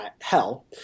hell